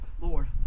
Lord